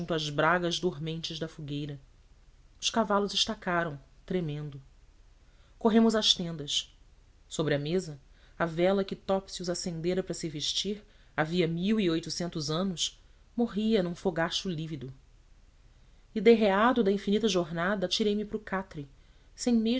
às brasas dormentes da fogueira os cavalos estacaram tremendo corremos às tendas sobre a mesa a vela que topsius acendera para se vestir havia mil e oitocentos anos morria num fogacho lívido e derreado da infinita jornada atirei-me para o catre sem mesmo